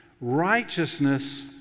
Righteousness